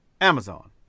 Amazon